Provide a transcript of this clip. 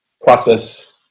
process